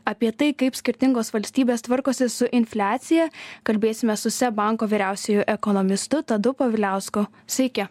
apie tai kaip skirtingos valstybės tvarkosi su infliacija kalbėsime su seb banko vyriausiuoju ekonomistu tadu povilausku sveiki